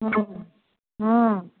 उठु हूँ